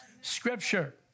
Scripture